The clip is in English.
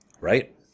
right